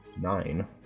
Nine